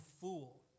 fool